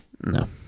No